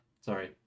Sorry